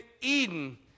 Eden